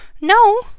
no